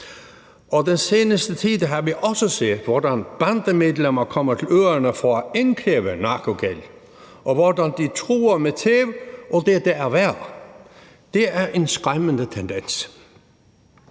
af. Den seneste tid har vi også set, hvordan bandemedlemmer kommer til øerne for at indkræve narkogæld, og vi har set, hvordan de truer med tæv og det, der er værre. Det er en skræmmende tendens.